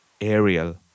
aerial